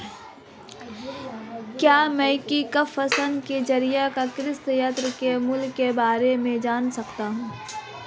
क्या मैं e commerce के ज़रिए कृषि यंत्र के मूल्य में बारे में जान सकता हूँ?